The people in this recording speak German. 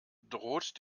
droht